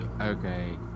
Okay